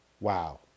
Wow